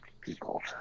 people